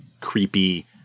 creepy